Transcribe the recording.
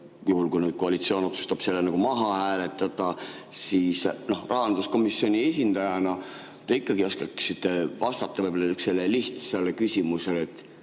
nüüd koalitsioon otsustab selle maha hääletada, no rahanduskomisjoni esindajana te ikkagi oskaksite vastata võib-olla sihukesele lihtsale küsimusele.